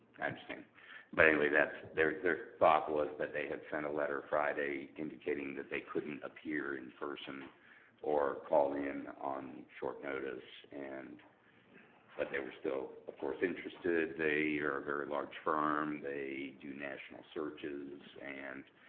i understand but anyway that's their their thought, was that they had sent a letter friday indicating that they couldn't appear in person or call in on short notice and but they were still of course interested. they are a very large firm. they do national searches and